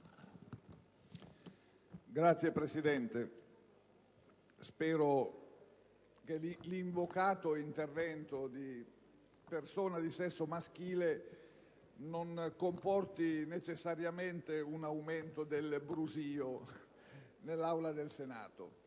Signora Presidente, spero che l'invocato intervento di persone di sesso maschile non comporti necessariamente un aumento del brusio dell'Aula. Ho avuto